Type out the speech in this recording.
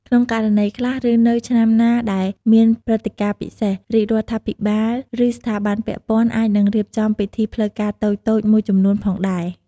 ក្នុងករណីខ្លះ ឬនៅឆ្នាំណាដែលមានព្រឹត្តិការណ៍ពិសេស រាជរដ្ឋាភិបាល ឬស្ថាប័នពាក់ព័ន្ធអាចនឹងរៀបចំពិធីផ្លូវការតូចៗមួយចំនួនផងដែរ។